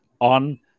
on